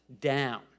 down